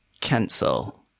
Cancel